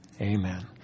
amen